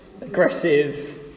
aggressive